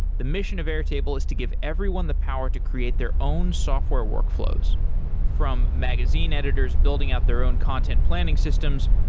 the mission of airtable is to give everyone the power to create their own software workflows from magazine editors building out their own content planning systems,